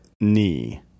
knee